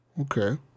Okay